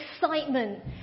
excitement